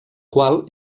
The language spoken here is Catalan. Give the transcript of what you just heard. qual